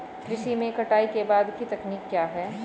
कृषि में कटाई के बाद की तकनीक क्या है?